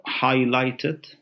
highlighted